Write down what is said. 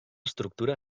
estructura